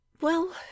Well